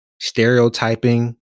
stereotyping